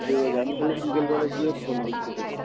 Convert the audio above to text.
ঠিক আছে আমি তাহলে বিকেলবেলা গিয়ে ফোন করছি তাহলে